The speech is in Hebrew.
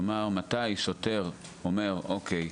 כלומר, מתי שוטר אומר "אוקיי,